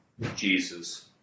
Jesus